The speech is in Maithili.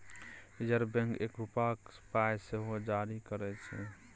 रिजर्ब बैंक एक रुपाक पाइ सेहो जारी करय छै